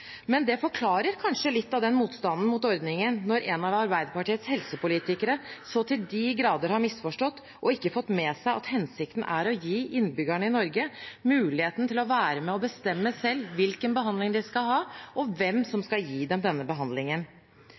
Men det forklarer kanskje litt av motstanden mot ordningen når en av Arbeiderpartiets helsepolitikere så til de grader har misforstått og ikke har fått med seg at hensikten er å gi innbyggerne i Norge muligheten til å være med og bestemme selv hvilken behandling de skal ha, og hvem som skal gi dem denne behandlingen.